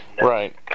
Right